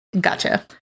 Gotcha